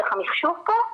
דרך המחשוב פה,